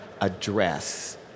address